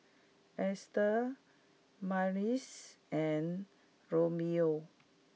Estes Myrtis and Romello